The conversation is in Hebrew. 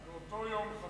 באותו יום חתמתם.